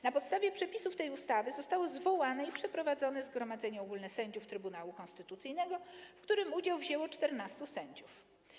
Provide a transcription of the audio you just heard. Na podstawie przepisów tej ustawy zostało zwołane i przeprowadzone Zgromadzenie Ogólne Sędziów Trybunału Konstytucyjnego, w którym udział wzięło 14 sędziów.